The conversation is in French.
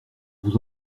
vous